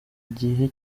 gihe